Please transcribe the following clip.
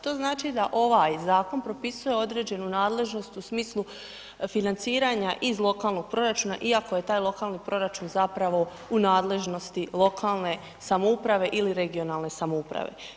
To znači da ovaj zakon propisuje određenu nadležnost u smislu financiranja iz lokalnog proračuna iako je taj lokalni proračun zapravo u nadležnosti lokalne samouprava ili regionalne samouprave.